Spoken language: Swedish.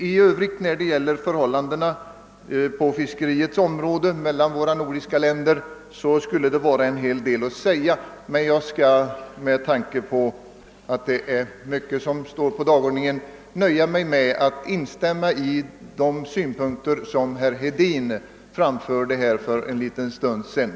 I övrigt vore en hel del att säga om förhållandena mellan våra nordiska länder på fiskeriområdet, men med tanke på den långa föredragningslistan skall jag nöja mig med ait instämma i de synpunkter som herr Hedin framförde för en liten stund sedan.